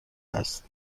هست